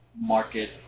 market